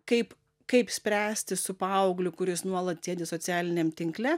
kaip kaip spręsti su paaugliu kuris nuolat sėdi socialiniam tinkle